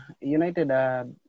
United